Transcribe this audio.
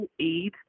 aid